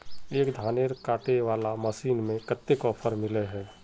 एक धानेर कांटे वाला मशीन में कते ऑफर मिले है?